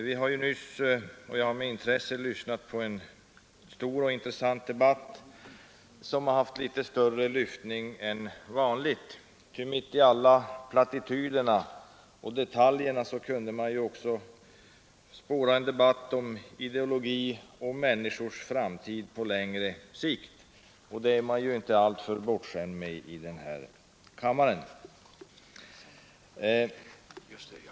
Jag har i dag med intresse lyssnat till en stor och intressant debatt som haft litet större lyftning än vanligt, ty mitt i alla plattityderna och detaljerna kunde man också spåra en debatt om ideologi och människors framtid och det är man inte alltför bortskämd med i denna kammare.